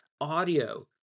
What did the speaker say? audio